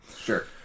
sure